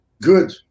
Good